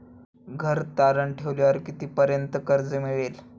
घर तारण ठेवल्यावर कितीपर्यंत कर्ज मिळेल?